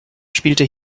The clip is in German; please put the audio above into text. spielte